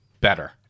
better